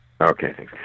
Okay